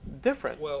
different